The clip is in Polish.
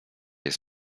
jest